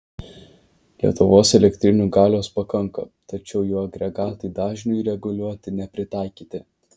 lietuvos elektrinių galios pakanka tačiau jų agregatai dažniui reguliuoti nepritaikyti